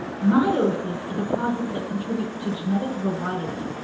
meiosis is a process that contributes to genetic variety.